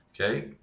okay